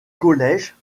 college